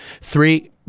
three